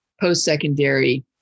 post-secondary